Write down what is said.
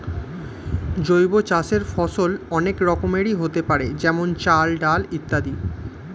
জৈব চাষের ফসল অনেক রকমেরই হতে পারে যেমন চাল, ডাল ইত্যাদি